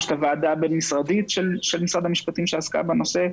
יש הוועדה הבין-משרדית של משרד המשפטים שעסקה בנושא,